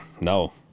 no